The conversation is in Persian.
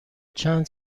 چند